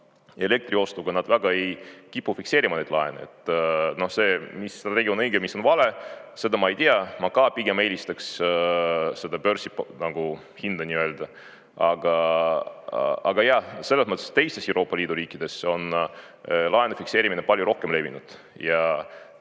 ka elektriostuga, nad väga ei kipu fikseerima neid laene. See, mis on õige, mis on vale, seda ma ei tea, ma ka pigem eelistaks seda börsihinda. Aga jah, selles mõttes, et teistes Euroopa Liidu riikides on laenu fikseerimine palju rohkem levinud